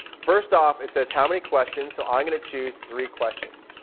first off, it says how many questions. so i'm going to choose three questions.